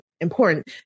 important